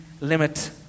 limit